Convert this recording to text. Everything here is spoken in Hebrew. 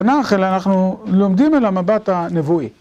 אנחנו לומדים אל המבט הנבואי.